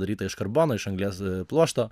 daryta iš karbono iš anglies pluošto